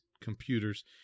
computers